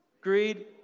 greed